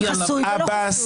מי שלא חבר, לא יכול לקחת בה חלק.